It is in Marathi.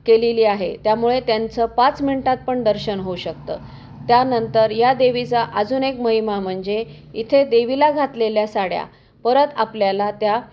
केलेली आहे त्यामुळे त्यांचं पाच मिनटात पण दर्शन होऊ शकतं त्यानंतर या देवीचा अजून एक महिमा म्हणजे इथे देवीला घातलेल्या साड्या परत आपल्याला त्या